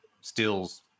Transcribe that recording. stills